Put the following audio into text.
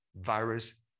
virus